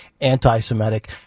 anti-Semitic